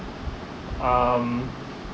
um